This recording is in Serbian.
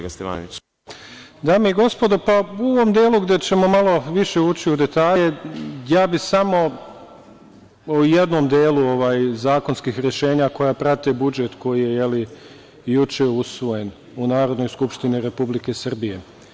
Dame i gospodo, u ovom delu gde ćemo malo više ući u detalje, ja bih samo o jednom delu zakonskih rešenja koja prate budžet koji je juče usvojen u Narodnoj skupštini Republike Srbije.